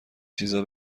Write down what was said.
چیزا